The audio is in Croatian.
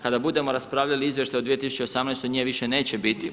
Kada budemo raspravljali o Izvještaju 2018. nje više neće biti.